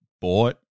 bought